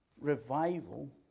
revival